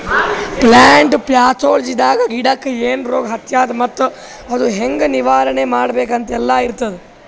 plant ಪ್ಯಾಥೊಲಜಿದಾಗ ಗಿಡಕ್ಕ್ ಏನ್ ರೋಗ್ ಹತ್ಯಾದ ಮತ್ತ್ ಅದು ಹೆಂಗ್ ನಿವಾರಣೆ ಮಾಡ್ಬೇಕ್ ಅಂತೆಲ್ಲಾ ಇರ್ತದ್